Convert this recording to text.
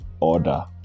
order